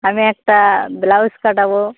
আমি একটা ব্লাউস কাটাব